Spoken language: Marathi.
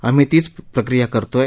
आम्ही तीच प्रक्रिया करतोय